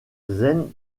zen